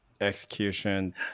execution